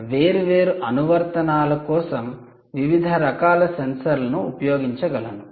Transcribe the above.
నేను వేర్వేరు అనువర్తనాల కోసం వివిధ రకాల సెన్సార్లను ఉపయోగించగలను